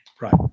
Right